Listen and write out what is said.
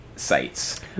sites